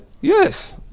Yes